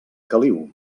caliu